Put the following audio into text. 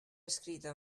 escrita